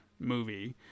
movie